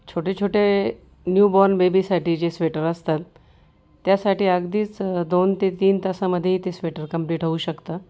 छोटे छोटे न्यूबॉर्न बेबीसाठी जे स्वेटर असतात त्यासाठी अगदीच दोन ते तीन तासामध्ये ते स्वेटर कंप्लीट होऊ शकतं